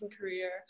career